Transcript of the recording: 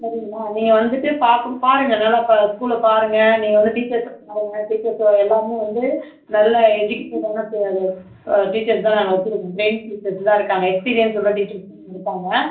வரிங்களா நீங்கள் வந்துவிட்டு பார்க்கும் பாருங்கள் நல்லா பார் ஸ்கூலை பாருங்கள் நீங்கள் வந்து டீச்சர்ஸை பாருங்கள் டீச்சர்ஸு எல்லாருமே வந்து நல்ல எஜுகேட்டட் ஆன டீச்சர்ஸ் தான் நாங்கள் வச்சுருக்கோம் ட்ரெயினிங் டீச்சர்ஸ் தான் இருக்காங்க எக்ஸ்பீரியன்ஸ் உள்ள டீச்சர்ஸ்லாம் இருக்காங்க